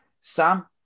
Sam